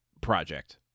project